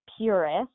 purist